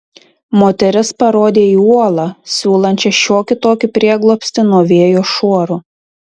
moteris parodė į uolą siūlančią šiokį tokį prieglobstį nuo vėjo šuorų